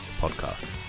podcast